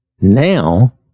now